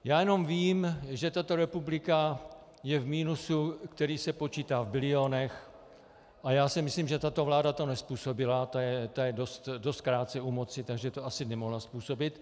Já jenom vím, že tato republika je v minusu, který se počítá v bilionech, a já si myslím, že tato vláda to nezpůsobila, ta je dost krátce u moci, takže to asi nemohla způsobit.